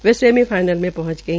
वे semifinal मे पहंच गई